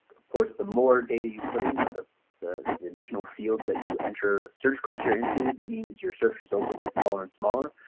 of course the more data you put in or the the additional fields that you enter search criteria into means your search results will be smaller and smaller.